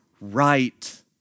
right